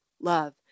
love